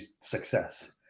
success